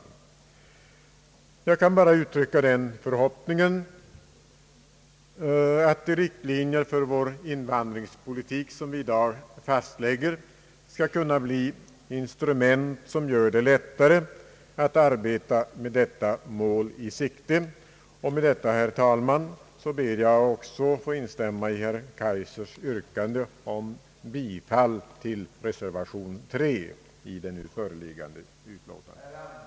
Jag kan bara uttrycka den förhoppningen att de riktlinjer för vår invandringspolitik som vi i dag fastlägger skall kunna bli instrument som gör det lättare att arbeta med detta mål i sikte. Med detta, herr talman, ber jag att få instämma i herr Kaijsers yrkande om bifall till reservation 3 vid det nu föreliggande utlåtandet.